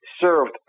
served